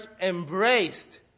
embraced